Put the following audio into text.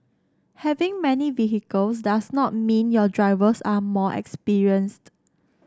having many vehicles does not mean your drivers are more experienced